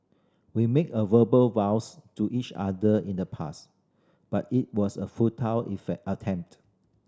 we make a verbal vows to each other in the past but it was a futile attempt